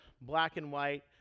black-and-white